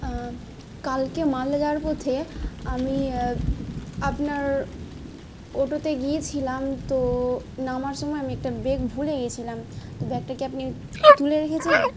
কালকে মালদহ যাওয়ার পথে আমি আপনার অটোতে গিয়েছিলাম তো নামার সময় আমি একটা ব্যাগ ভুলে গিয়েছিলাম তো ব্যাগটা কি আপনি তুলে রেখেছেন